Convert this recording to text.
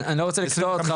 אני לא רוצה לקטוע אותך,